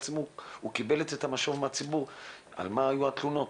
בעצם הוא קיבל את המשוב מהציבור על מה היו התלונות,